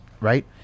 right